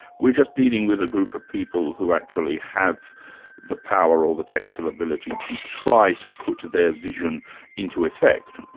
we're just dealing with a group of people who actually have the power or the technical ability to try to put their vision into effect.